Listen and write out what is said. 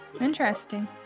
Interesting